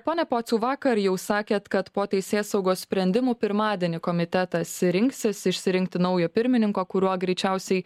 pone pociau vakar jau sakėt kad po teisėsaugos sprendimų pirmadienį komitetas rinksis išsirinkti naujo pirmininko kuriuo greičiausiai